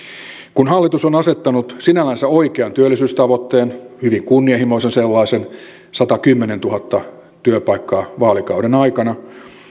kun hallitus on asettanut sinällänsä oikean työllisyystavoitteen hyvin kunnianhimoisen sellaisen satakymmentätuhatta työpaikkaa vaalikauden aikana